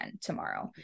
tomorrow